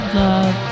love